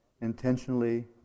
intentionally